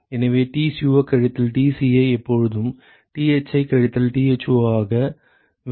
எனவே Tco கழித்தல் Tci எப்போதும் Thi கழித்தல் Tho ஐ விட அதிகமாக இருக்கும்